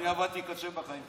אני עבדתי קשה בחיים שלי.